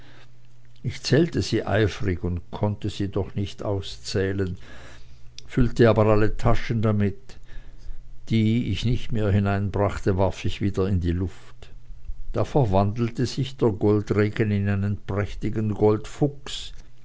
ich zählte sie eifrig und konnte sie doch nicht auszählen füllte aber alle taschen damit die ich nicht mehr hineinbrachte warf ich wieder in die luft da verwandelte sich der goldregen in einen prächtigen